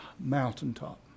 mountaintop